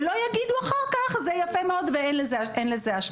ולא יגידו אחר-כך זה יפה מאוד ואין לזה השלכות.